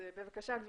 בבקשה.